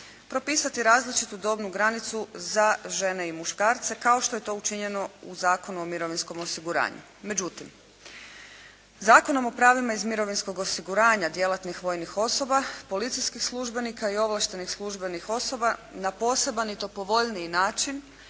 propisati različitu dobnu granicu za žene i muškarce kao što je to učinjeno u Zakonu o mirovinskom osiguranju. Međutim, Zakonom o pravima iz mirovinskog osiguranja djelatnih vojnih osoba, policijskih službenika i ovlaštenih službenih osoba na poseban i to povoljniji način